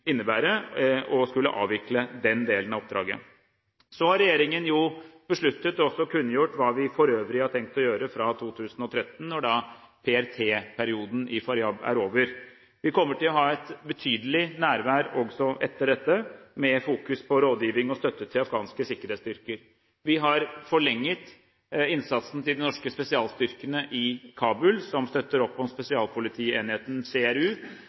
å avvikle den delen av oppdraget. Så har regjeringen besluttet og også kunngjort hva vi for øvrig har tenkt å gjøre fra 2013, da den PRT-perioden i Faryab er over. Vi kommer til å ha et betydelig nærvær også etter dette med fokusering på rådgiving og støtte til afghanske sikkerhetsstyrker. Vi har forlenget innsatsen til de norske spesialstyrkene i Kabul, som støtter opp om spesialpolitienheten, CRU.